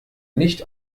nicht